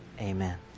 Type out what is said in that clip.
amen